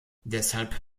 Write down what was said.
deshalb